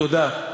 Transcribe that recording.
תודה.